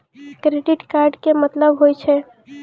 Credit card के मतलब होय छै?